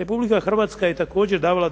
Republika Hrvatska je također davala